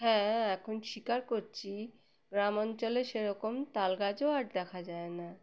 হ্যাঁ এখন স্বীকার করছি গ্রাম অঞ্চলে সেরকম তাল গাছও আর দেখা যায় না